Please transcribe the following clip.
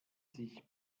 sich